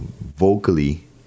vocally